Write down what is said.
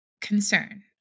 concern